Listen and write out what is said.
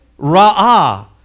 Ra'ah